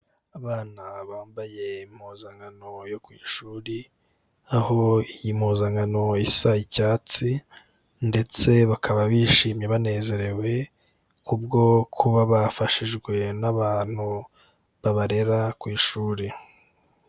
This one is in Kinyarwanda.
Abana bambaye impuzankano yo ku ishuri, aho iyi mpuzankano isa icyatsi, ndetse bakaba bishimye banezerewe, kubwo kuba bafashijwe n'abantu babarera ku ishuri.